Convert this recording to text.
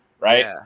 right